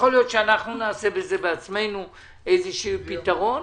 יכול להיות שאנחנו נעשה בזה בעצמנו איזשהו פתרון,